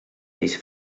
ells